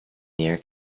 near